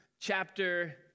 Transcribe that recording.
chapter